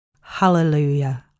Hallelujah